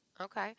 Okay